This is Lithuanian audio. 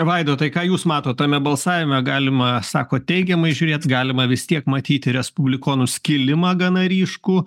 vaidotai ką jūs matot tame balsavime galima sako teigiamai žiūrėt galima vis tiek matyti respublikonų skilimą gana ryškų